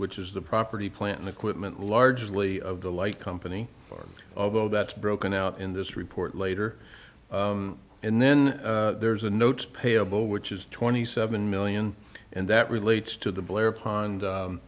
which is the property plant and equipment largely of the light company although that's broken out in this report later and then there's a note payable which is twenty seven million and that relates to the blair pond